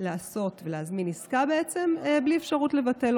להזמין עסקה בלי אפשרות לבטל,